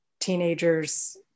teenagers